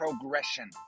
progression